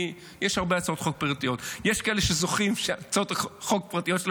יש הרבה הצעות חוק פרטיות,